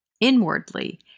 inwardly